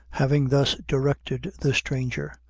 having thus directed the stranger,